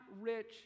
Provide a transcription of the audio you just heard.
rich